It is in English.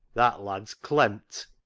that lad's clemm't.